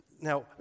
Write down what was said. Now